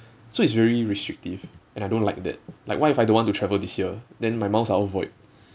so it's very restrictive and I don't like that like what if I don't want to travel this year then my miles are all void